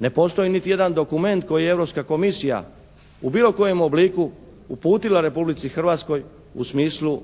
ne postoji niti jedan dokument koji Europska komisija u bilo kojem obliku uputila Republici Hrvatskoj u smislu